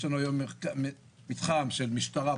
יש לנו היום מתחם של משטרה,